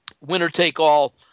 winner-take-all